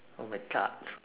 oh my God